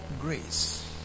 grace